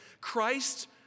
Christ